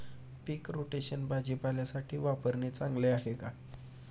पीक rotation भाजीपाल्यासाठी वापरणे चांगले आहे का?